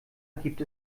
gibt